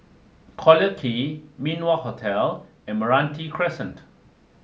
Collyer Key Min Wah Hotel and Meranti Crescent